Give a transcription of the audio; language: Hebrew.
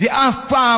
ואף פעם,